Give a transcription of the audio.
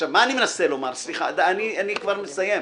אני כבר מסיים.